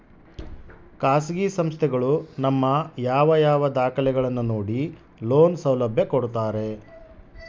ಖಾಸಗಿ ಸಂಸ್ಥೆಗಳು ನಮ್ಮ ಯಾವ ಯಾವ ದಾಖಲೆಗಳನ್ನು ನೋಡಿ ಲೋನ್ ಸೌಲಭ್ಯ ಕೊಡ್ತಾರೆ?